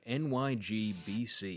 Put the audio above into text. nygbc